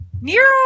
Nero